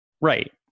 Right